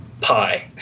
Pie